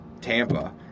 Tampa